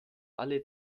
alle